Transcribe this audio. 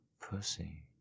pussy